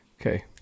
okay